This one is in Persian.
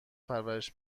پرورش